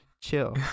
Chill